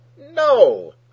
no